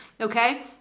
Okay